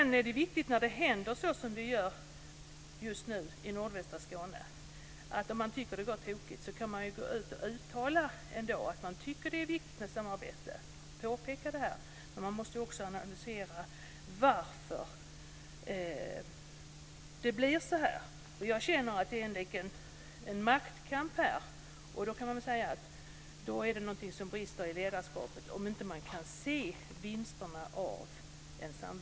När det nu har gått snett i nordvästra Skåne kan man gå ut och påpeka att man tycker att det är viktigt med samarbete, men man måste också analysera varför det har blivit så här. Jag känner att det pågår en maktkamp här. Det är något som brister i ledarskapet om man inte kan se vinsterna med en samverkan.